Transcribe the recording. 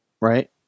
Right